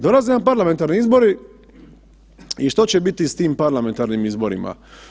Dolaze nam parlamentarni izbori i što će biti s tim parlamentarnim izborima?